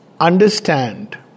understand